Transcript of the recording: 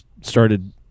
started